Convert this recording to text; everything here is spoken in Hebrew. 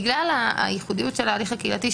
בגלל הייחודיות של ההליך הקהילתי,